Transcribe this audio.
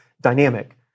dynamic